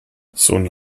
sun